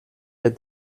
est